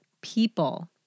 people